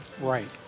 Right